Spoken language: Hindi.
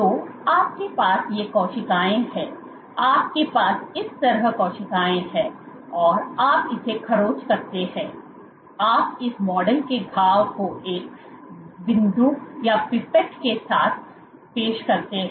तो आपके पास ये कोशिकाएं हैं आपके पास इस तरफ कोशिकाएं हैं और आप इसे खरोंच करते हैं आप इस मॉडल के घाव को एक विंदुक के साथ पेश करते हैं